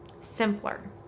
simpler